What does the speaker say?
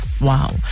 Wow